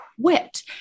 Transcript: quit